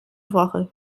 woche